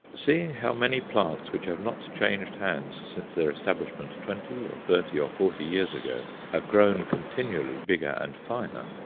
seeing how many plants which have not changed hands since their establishment, twenty or thirty or forty years ago, have grown continually bigger and finer,